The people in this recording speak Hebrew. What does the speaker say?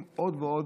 תודה.